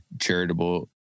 charitable